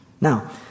Now